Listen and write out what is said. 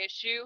issue